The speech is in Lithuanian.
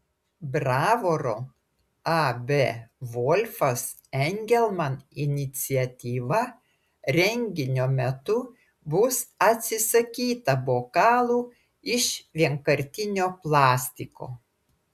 bravoro ab volfas engelman iniciatyva renginio metu bus atsisakyta bokalų iš vienkartinio plastiko